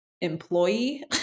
employee